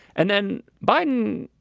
and then biden.